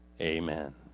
amen